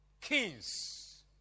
kings